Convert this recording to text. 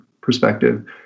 perspective